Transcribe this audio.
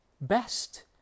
best